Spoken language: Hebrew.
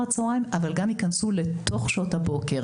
הצוהריים אבל גם ייכנסו לתוך שעות הבוקר.